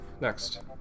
next